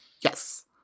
Yes